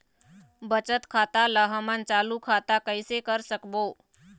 बचत खाता ला हमन चालू खाता कइसे कर सकबो?